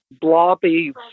blobby